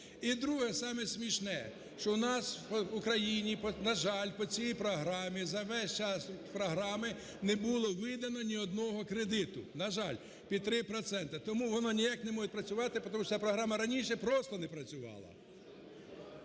І друге, саме смішне, що у нас в Україні, на жаль, по цій програмі за весь час програми не було видано ні одного кредиту, на жаль, під 3 проценти. Тому воно ніяк не може працювати, отому що ця програма раніше просто не працювала.